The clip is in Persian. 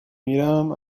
میرم